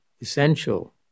essential